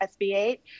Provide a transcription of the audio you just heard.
SB8